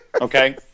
Okay